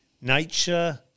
nature